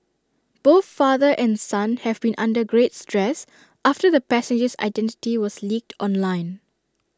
both father and son have been under great stress after the passenger's identity was leaked online